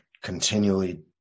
continually